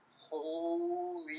holy